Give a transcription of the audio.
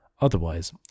Otherwise